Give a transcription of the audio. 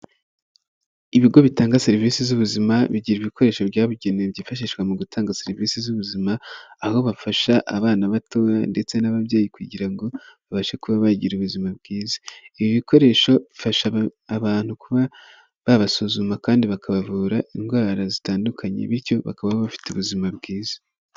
Ibigo bitanga serivisi z'ubuzima bigira ibikoresho byabugenewe byifashishwa mu gutanga serivisi z'ubuzima, aho bafasha abana batoya ndetse n'ababyeyi kugira ngo babashe kuba bagira ubuzima bwiza. Ibi bikoresho bifasha abantu kuba babasuzuma kandi bakabavura indwara zitandukanye bityo bakaba bafite ubuzima bwiza.